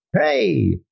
Hey